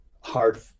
hard